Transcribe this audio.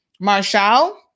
Marshall